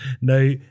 now